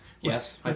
yes